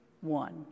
one